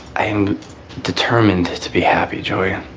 i'm determined to be happy are you